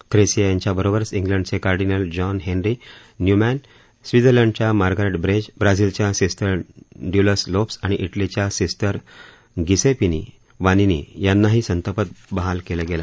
थ्रेसिया यांच्याबरोबरच इंग्लंडचे cardinal John Henry Newman स्वीर्त्झलंडच्या मागरिट बेज ब्राझीलच्या सिस्टर डयूलस लोप्स आणि इटलीच्या सिस्टर गिसेपिना वानीनि यांनाही संतपद बहाल केलं गेलं